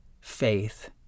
faith